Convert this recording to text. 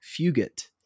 Fugate